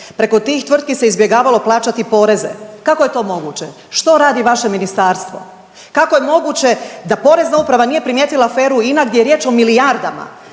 preko tih tvrtki se izbjegavalo plaćati poreze. Kako je to moguće? Što radi vaše ministarstvo? Kako je moguće da Porezna uprava nije primijetila aferu INA gdje je riječ o milijardama?